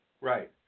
Right